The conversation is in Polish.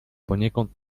poniekąd